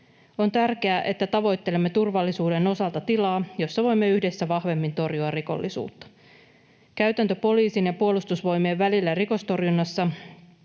On tärkeää, että tavoittelemme turvallisuuden osalta tilaa, jossa voimme yhdessä vahvemmin torjua rikollisuutta. Käytäntö poliisin ja Puolustusvoimien välillä rikostorjunnassa